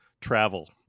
travel